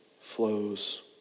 flows